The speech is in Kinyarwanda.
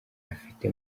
afite